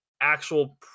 actual